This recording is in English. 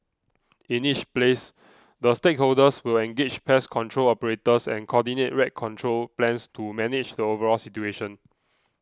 in each place the stakeholders will engage pest control operators and coordinate rat control plans to manage the overall situation